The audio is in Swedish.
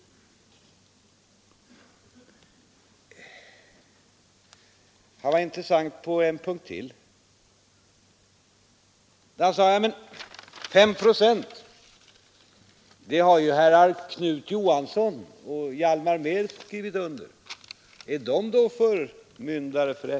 Herr Antonsson var intressant på en punkt till, nämligen när han sade att det här med fem procent har ju herrar Knut Johansson och Hjalmar Mehr skrivit under. Är de då förmyndare för LO?